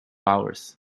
hours